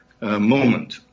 moment